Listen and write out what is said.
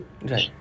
Right